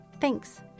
Thanks